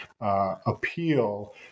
appeal